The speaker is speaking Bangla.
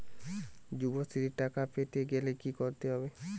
যুবশ্রীর টাকা পেতে গেলে কি করতে হবে?